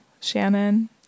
shannon